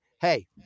hey